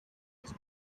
was